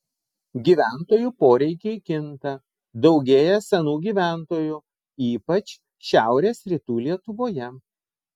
gyventojų poreikiai kinta daugėja senų gyventojų ypač šiaurės rytų lietuvoje